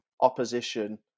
opposition